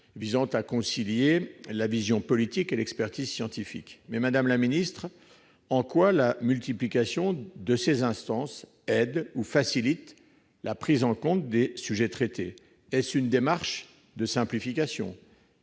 tendant à concilier la vision politique et l'expertise scientifique, je m'interroge, madame la ministre : en quoi la multiplication de ces instances facilite-t-elle la prise en compte des sujets traités ? Est-ce une démarche de simplification ?